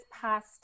past